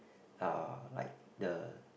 uh like the